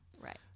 right